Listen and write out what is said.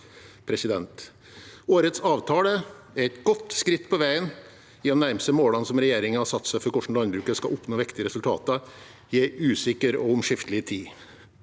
Årets avtale er et godt skritt på veien til å nærme seg målene som regjeringen har satt seg for hvordan landbruket skal oppnå viktige resultater i en usikker og omskiftelig tid.